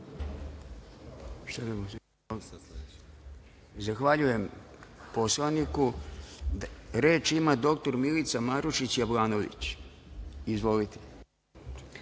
Zahvaljujem poslaniku. Reč ima dr Milica Marušić Jablanović. Izvolite.